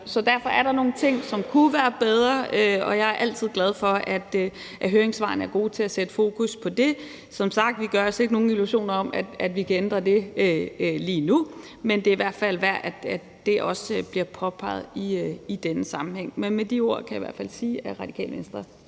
derfor er der nogle ting, som kunne være bedre, og jeg er altid glad for, at høringssvarene er gode til at sætte fokus på det. Som sagt gør vi os ikke nogen illusioner om, at vi kan ændre det lige nu, men det er i hvert fald værd også at få påpeget i denne sammenhæng. Men med de ord kan jeg i hvert fald sige, at Radikale Venstre